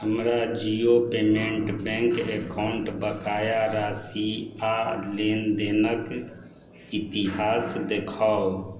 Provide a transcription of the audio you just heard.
हमरा Jio payment bank account बकाया राशि आ लेनदेनक इतिहास देखाउ